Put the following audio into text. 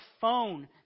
phone